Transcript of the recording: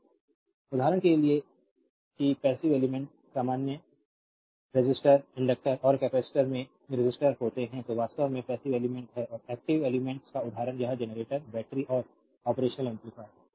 slide time देखें 0619 उदाहरण के लिए कि पैसिव एलिमेंट्स सामान्य रेसिस्टर्स इंडक्टर्स और कैपेसिटर्स में रेसिस्टर्स होते हैं जो वास्तव में पैसिव एलिमेंट्स हैं और एक्टिव एलिमेंट्स का उदाहरण यह जनरेटर बैटरी और ऑपरेशनल एम्प्लिफिएर्स हैं